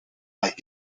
might